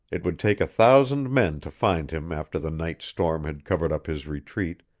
it would take a thousand men to find him after the night's storm had covered up his retreat,